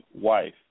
wife